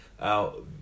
out